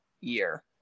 year